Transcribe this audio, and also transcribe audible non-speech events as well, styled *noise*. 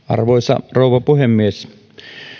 *unintelligible* arvoisa rouva puhemies